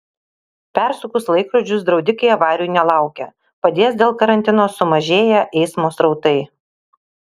persukus laikrodžius draudikai avarijų nelaukia padės dėl karantino sumažėję eismo srautai